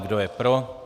Kdo je pro?